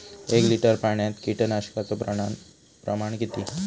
एक लिटर पाणयात कीटकनाशकाचो प्रमाण किती?